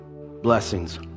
Blessings